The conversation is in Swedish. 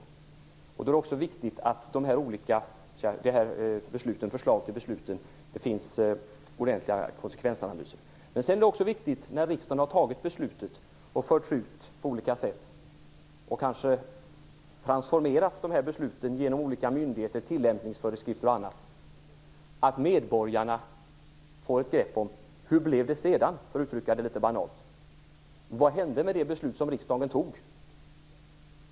Då är det också viktigt att det finns ordentliga konsekvensanalyser av förslagen till beslut. När riksdagen har fattat beslutet och det har förts ut på olika sätt och kanske transformerats genom olika myndigheter, tillämpningsföreskrifter och annat är det också viktigt att medborgarna får ett grepp om hur det sedan blev, för att uttrycka det litet banalt. Vad hände med det beslut som riksdagen fattade?